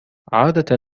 عادة